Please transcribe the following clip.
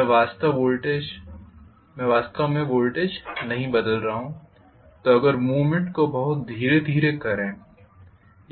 मैं वास्तव वोल्टेज नहीं बदल रहा हूं तो अगर मूवमेंट को बहुत धीरे धीरे करें